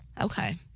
Okay